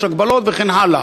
יש הגבלות וכן הלאה.